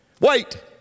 Wait